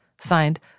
Signed